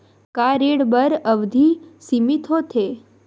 का ऋण बर अवधि सीमित होथे?